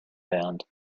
band